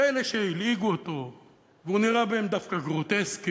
כאלה שהלעיגו אותו והוא נראה בהן דווקא גרוטסקי,